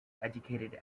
educated